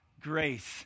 grace